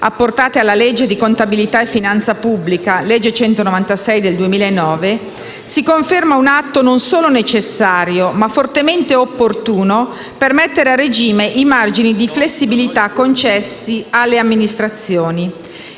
apportate alla legge di contabilità e finanza pubblica (legge n. 196 del 2009), si conferma un atto non solo necessario, ma fortemente opportuno per mettere a regime i margini di flessibilità concessi alle amministrazioni.